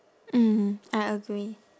mm I agree